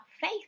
faith